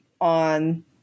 on